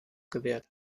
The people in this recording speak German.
gewährt